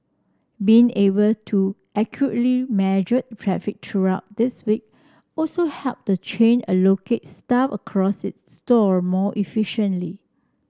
being able to accurately measure traffic throughout this week also helped the chain allocate staff across its store more efficiently